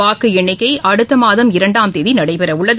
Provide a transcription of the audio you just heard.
வாக்கு எண்ணிக்கை அடுத்த மாதம் இரண்டாம் தேதி நடைபெறவுள்ளது